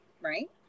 right